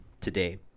today